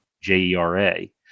J-E-R-A